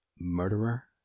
murderer